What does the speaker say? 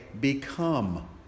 become